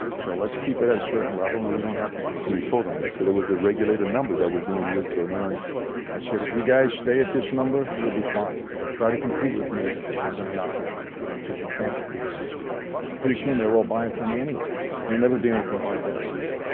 so let's keep it at a certain level and we don't have to compete told them that so there was a regulator number that we're doing with so no one's i said if you guys stay at this number you'll be fine if you try to compete with me i'm gonna knock you out because you can't compete with me and pretty soon. they were all buying for me anyway they'll never be anything like that again.